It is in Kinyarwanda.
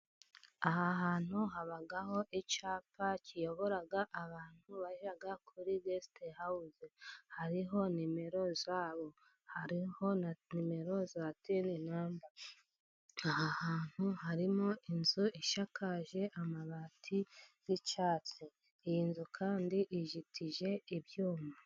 Aha hantu haba icyapa kiyobora abantu bajya kuri gestehawuzi, hariho nimero zabo hariho na numero za tininamba, aha hantu harimo inzu isakaje amabati y'icyatsi iyi nzu kandi ijitije ibyuma.